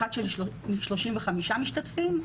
אחת של 35 משתתפים.